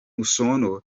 usono